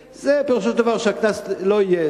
פירושו של דבר, שהקנס הזה לא יהיה.